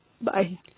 Bye